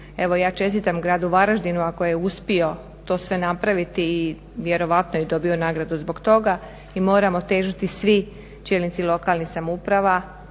evo ja čestitam Gradu Varaždinu ako je uspio to sve napraviti i vjerojatno je i dobio nagradu zbog toga i moramo težiti svi čelnici lokalnih samouprava,